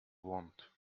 want